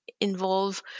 involve